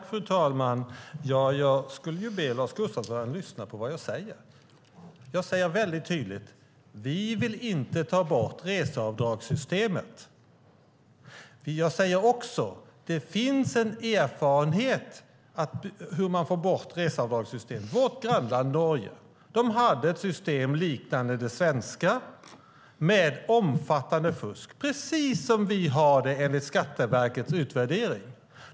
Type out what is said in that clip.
Fru talman! Jag vill be Lars Gustafsson att lyssna på vad jag säger. Jag säger väldigt tydligt: Vi vill inte ta bort reseavdragssystemet. Jag säger också att det finns en erfarenhet av hur man får bort reseavdragssystemet. I vårt grannland Norge hade de ett system liknande det svenska med omfattande fusk. Det är precis som vi har det enligt Skatteverkets utvärdering.